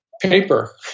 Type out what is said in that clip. paper